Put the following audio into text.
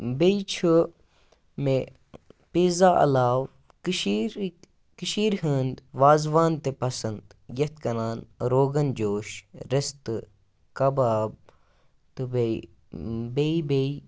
بیٚیہِ چھُ مےٚ پیٖزا علاوٕ کٔشیٖرٕتۍ کٔشیٖرِ ہٕنٛدۍ وازوان تہِ پَسنٛد یِتھ کٔنۍ روغن جوش رِستہٕ کَباب تہٕ بیٚیہِ بیٚیہِ بیٚیہِ